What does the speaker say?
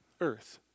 earth